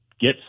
get